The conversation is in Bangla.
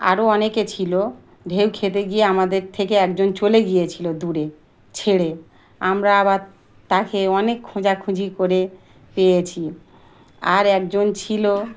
আরও অনেকে ছিলো ঢেউ খেতে গিয়ে আমাদের থেকে একজন চলে গিয়েছিলো দূরে ছেড়ে আমরা আবার তাকে অনেক খোঁজাখুঁজি করে পেয়েছি আর একজন ছিলো